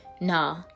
nah